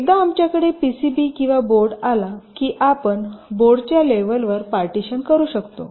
एकदा आमच्याकडे पीसीबी किंवा बोर्ड आला की आपण बोर्डच्या लेवलवर पार्टीशन करू शकतो